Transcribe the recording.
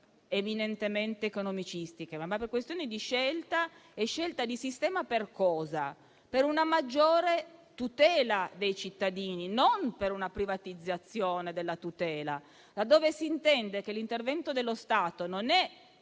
eminentemente economicistiche, ma su una scelta di sistema per una maggiore tutela dei cittadini, non per una privatizzazione della tutela, laddove si intende che l'intervento dello Stato non è